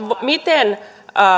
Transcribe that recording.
miten